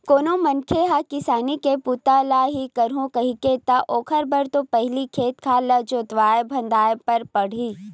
कोनो मनखे ह किसानी के बूता ल ही करहूं कइही ता ओखर बर तो पहिली खेत खार ल जोतवाय फंदवाय बर परही